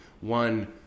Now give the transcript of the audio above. One